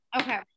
okay